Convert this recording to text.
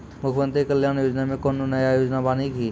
मुख्यमंत्री कल्याण योजना मे कोनो नया योजना बानी की?